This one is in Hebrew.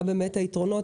מה באמת היתרונות,